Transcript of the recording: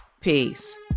Peace